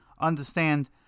understand